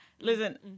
Listen